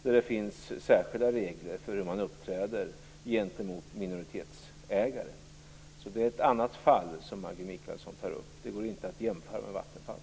Där finns det särskilda regler för hur man uppträder gentemot minoritetsägare. Så det är ett annat fall som Maggi Mikaelsson tar upp. Det går inte att jämföra med Vattenfall.